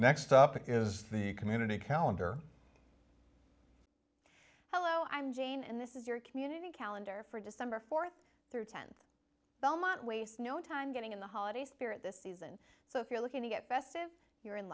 next up is the community calender hello i'm jane and this is your community calendar for december fourth through tenth belmont wastes no time getting in the holiday spirit this season so if you're looking to get festive you're in